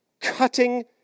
cutting